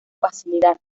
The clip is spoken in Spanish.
facilidad